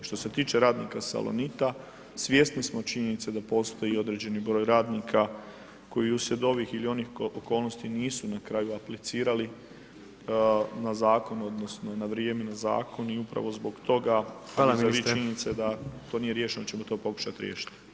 Što se tiče radnika Salonita, svjesni smo činjenice da postoji i određeni broj radnika koji uslijed ovih ili onih okolnosti nisu na kraju aplicirali na zakon odnosno na vrijeme na zakon i upravo zbog toga [[Upadica: Hvala ministre.]] uz ove činjenice da to nije riješeno da ćemo to pokušati riješiti.